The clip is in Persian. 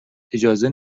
اجازه